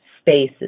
spaces